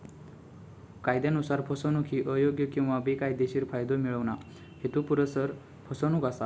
कायदयानुसार, फसवणूक ही अयोग्य किंवा बेकायदेशीर फायदो मिळवणा, हेतुपुरस्सर फसवणूक असा